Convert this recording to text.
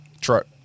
truck